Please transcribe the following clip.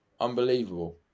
Unbelievable